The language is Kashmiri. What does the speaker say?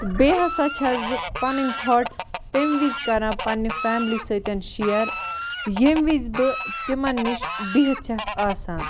تہٕ بیٚیہِ ہسا چھَس بہٕ پنٛنٕۍ تھاٹٕس تَمہِ وِزِ کران پنٛنہِ فیملی سۭتۍ شیر ییٚمہِ وِزِ بہٕ تِمَن نِش بِہِتھ چھَس آسان